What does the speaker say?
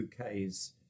UK's